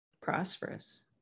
prosperous